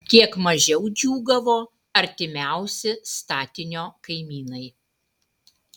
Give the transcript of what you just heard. kiek mažiau džiūgavo artimiausi statinio kaimynai